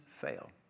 fail